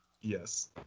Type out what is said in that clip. Yes